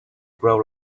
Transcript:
grow